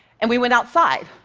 and we went outside.